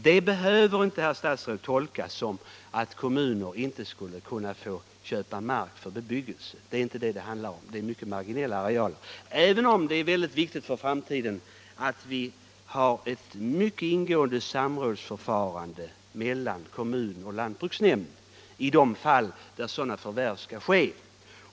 Det behöver inte, herr statsråd, tolkas så att kommuner inte skulle kunna få köpa mark för bebyggelse — det gäller i dessa fall mycket marginella arealer — även om det är mycket viktigt för framtiden att ha ett ingående samrådsförfarande mellan kommun och lantbruksnämnd i de fall där sådana förvärv skall ske.